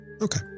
okay